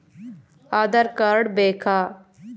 Aadhaar card ಬೇಕಾ?